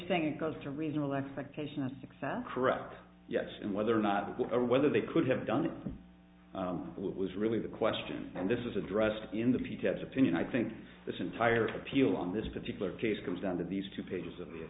saying it caused a reasonable expectation of success correct yes and whether or not or whether they could have done it it was really the question and this is addressed in the p t s opinion i think this entire appeal on this particular case comes down to these two pages of the